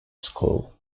school